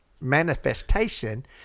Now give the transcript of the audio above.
manifestation